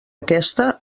aquesta